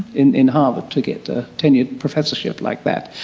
in in harvard to get a tenured professorship like that.